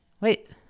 wait